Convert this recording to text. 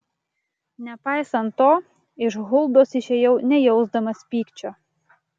nepaisant to iš huldos išėjau nejausdamas pykčio